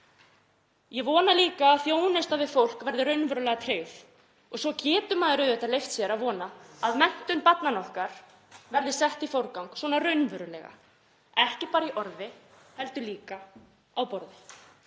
Ég vona líka að þjónusta við fólk verði raunverulega tryggð. Svo getur maður auðvitað leyft sér að vona að menntun barnanna okkar verði sett í forgang, svona raunverulega, ekki bara í orði heldur líka á borði.